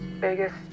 biggest